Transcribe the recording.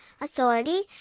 authority